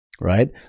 right